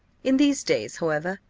in these days, however,